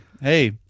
Hey